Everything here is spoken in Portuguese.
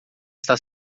está